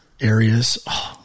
areas